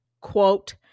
quote